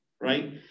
right